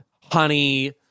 honey